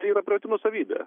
tai yra privati nuosavybė